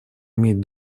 иметь